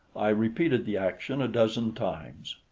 i repeated the action a dozen times.